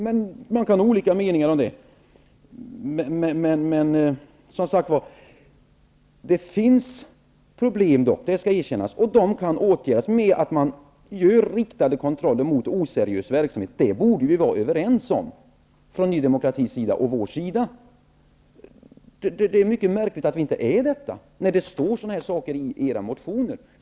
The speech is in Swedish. Men det går ju att ha olika meningar om det. Det skall erkännas att det finns problem. De kan åtgärdas med hjälp av riktade kontroller mot oseriösa verksamheter, och det borde ni från Ny demokrati och vi från Vänsterpartiet vara överens om. Det är mycket märkligt att vi inte är överens, eftersom ni skriver om dessa frågor i era motioner.